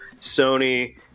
Sony